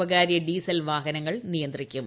സ്വകാര്യ ഡീസൽ വാഹനങ്ങൾ നിയന്ത്രിക്കും